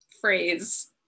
phrase